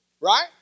Right